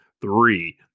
Three